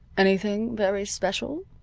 anything very special?